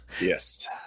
Yes